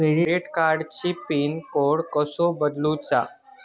Credit कार्डची pin code कसो बदलुचा?